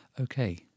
okay